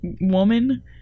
woman